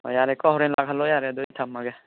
ꯑꯣ ꯌꯥꯔꯦꯀꯣ ꯍꯣꯔꯦꯟ ꯂꯥꯛꯍꯜꯂꯣ ꯌꯥꯔꯦ ꯑꯗꯨ ꯑꯣꯏꯔꯗꯤ ꯊꯝꯃꯒꯦ